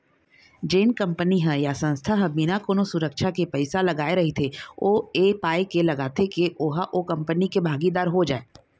जेन कंपनी ह या संस्था ह बिना कोनो सुरक्छा के पइसा लगाय रहिथे ओ ऐ पाय के लगाथे के ओहा ओ कंपनी के भागीदार हो जाय